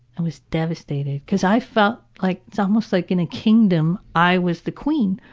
i was devastated because i felt like so almost like in a kingdom i was the queen.